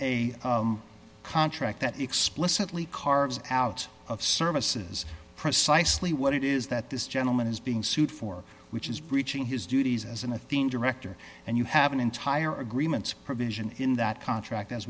a contract that explicitly carves out of services precisely what it is that this gentleman is being sued for which is breaching his duties as an athene director and you have an entire agreements provision in that contract as